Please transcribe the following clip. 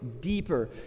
deeper